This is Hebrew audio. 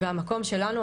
והמקום שלנו,